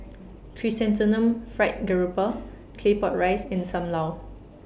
Chrysanthemum Fried Garoupa Claypot Rice and SAM Lau